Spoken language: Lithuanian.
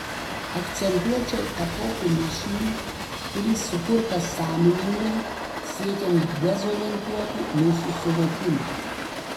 akcentuočiau epochų mišinį kuris sukurtas sąmoningai siekiant dezorientuoti mūsų suvokimą